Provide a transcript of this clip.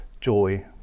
joy